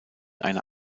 einer